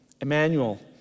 Emmanuel